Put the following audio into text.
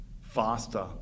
faster